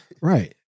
Right